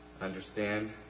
understand